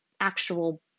actual